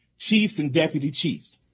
chiefs and deputy chiefs.